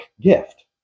gift